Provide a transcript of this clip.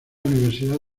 universidad